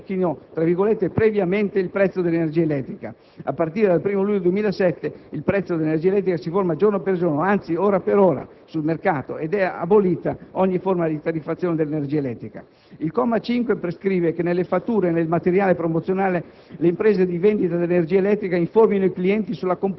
a cui compete la fornitura indichino "previamente" il prezzo dell'energia elettrica. A partire dal 1° luglio 2007 il prezzo dell'energia elettrica si forma giorno per giorno, anzi ora per ora, sul mercato ed è abolita ogni forma di tariffazione dell'energia elettrica. Il comma 5 prescrive che nelle fatture e nel materiale promozionale le imprese di vendita dell'energia